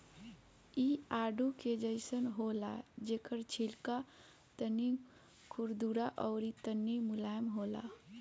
इ आडू के जइसन होला जेकर छिलका तनी खुरदुरा अउरी तनी मुलायम होला